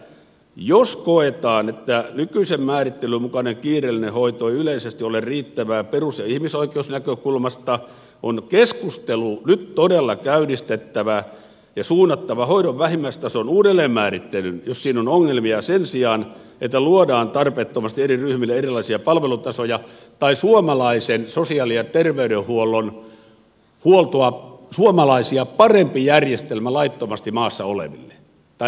jos koetaan että nykyisen määrittelyn mukainen kiireellinen hoito ei yleisesti ole riittävää perus ja ihmisoikeusnäkökulmasta on keskustelu nyt todella käynnistettävä ja suunnattava hoidon vähimmäistason uudelleenmäärittelyyn jos siinä on ongelmia sen sijaan että luodaan tarpeettomasti eri ryhmille erilaisia palvelutasoja tai suomalaisten sosiaali ja ter veydenhuoltoa parempi järjestelmä laittomasti maassa oleville tai maahan pyrkiville